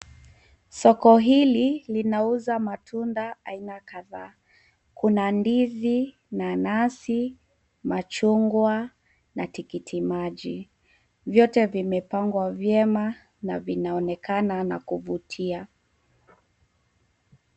Soko hili linauza matunda aina kadhaa. Kuna ndizi, nanasi, machungwa na tikitimaji, vyote vimepangwa vyema na vinaonekana na kuvutia.